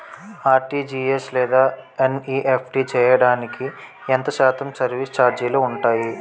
RTGS లేదా NEFT చేయడానికి ఎంత శాతం సర్విస్ ఛార్జీలు ఉంటాయి?